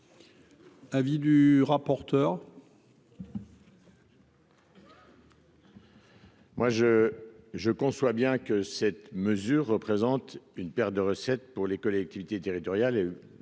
Avis du rapporteur.